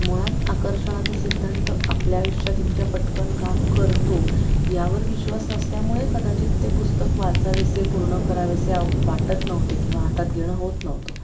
मुळात आकर्षणाचा सिद्धांत आपल्या आयुष्यात इतक्या पटकन काम करतो ह्यावर विश्वास नसल्यामुळे कदाचित ते पुस्तक वाचावेसे पूर्ण करावेसे आ वाटत नव्हते किंवा हातात घेणं होत नव्हतं